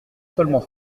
seulement